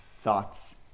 thoughts